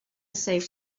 save